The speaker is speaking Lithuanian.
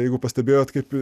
jeigu pastebėjot kaip